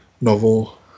novel